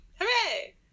Hooray